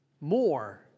more